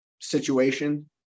situation